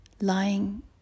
lying